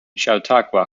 chautauqua